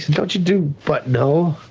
don't you do but, no'?